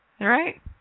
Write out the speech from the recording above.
Right